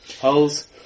holes